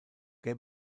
que